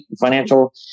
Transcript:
financial